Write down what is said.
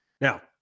Now